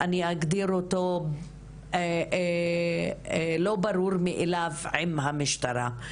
אני אגדיר אותו כקשר לא ברור מאליו עם המשטרה.